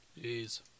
Jeez